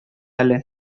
әле